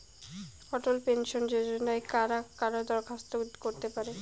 অটল pension যোজনায় কারা কারা দরখাস্ত করতে পারে?